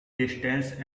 distances